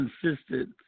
consistent